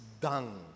dung